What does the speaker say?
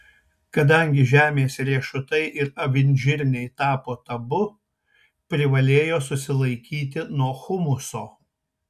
kadangi žemės riešutai ir avinžirniai tapo tabu privalėjo susilaikyti nuo humuso